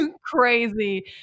crazy